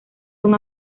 son